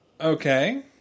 Okay